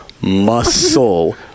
Muscle